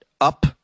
up